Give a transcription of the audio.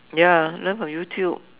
ya learn from YouTube